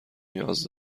نیاز